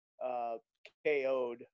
KO'd